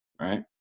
Right